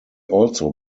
also